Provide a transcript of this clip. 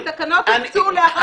שני עניינים,